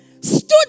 stood